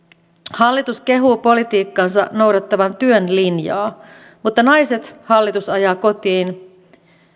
hallitus kehuu politiikkansa noudattavan työn linjaa mutta naiset hallitus ajaa kotiin